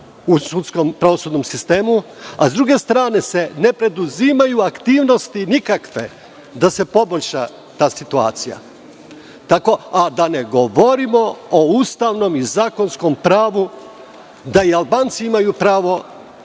u sudskom pravosudnom sistemu, a s druge strane se ne preduzimaju nikakve aktivnosti da se poboljša ta situacija. Tako da ne govorimo o ustavnom pravu da i Albanci imaju pravo